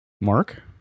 Mark